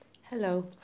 Hello